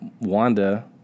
Wanda